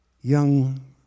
young